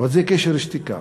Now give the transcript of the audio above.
אבל זה קשר שתיקה.